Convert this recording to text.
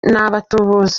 abatubuzi